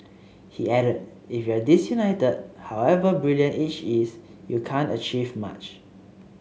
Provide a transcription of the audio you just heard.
he added If you're disunited however brilliant each is you can't achieve much